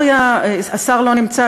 השר לא נמצא,